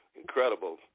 incredible